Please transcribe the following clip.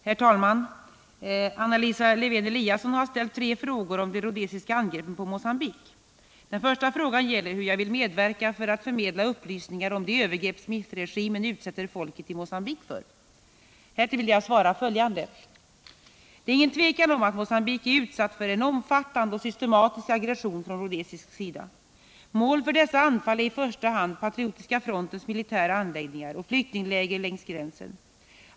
Herr talman! Anna Lisa Lewén-Eliasson har ställt tre frågor om de rhodesiska angreppen på Mocambique. Den första frågan gäller hur jag vill medverka för att förmedla upplysningar om de övergrepp Smithregimen utsätter folket i Mogambique för. Härtill vill jag svara följande. Det är ingen tvekan om att Mocambique är utsatt för en omfattande och systematisk aggression från rhodesisk sida. Mål för dessa anfall är i första hand Patriotiska frontens militära anläggningar och flyktingläger längs gränsen.